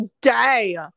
day